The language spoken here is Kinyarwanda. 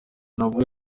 ntabwo